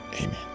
Amen